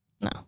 No